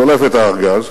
שולף את הארגז: